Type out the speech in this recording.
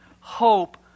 hope